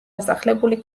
დასახლებული